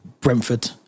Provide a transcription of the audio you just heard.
Brentford